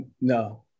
no